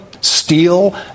steal